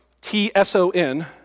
T-S-O-N